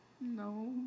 no